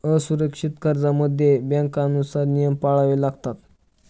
असुरक्षित कर्जांमध्ये बँकांनुसार नियम पाळावे लागतात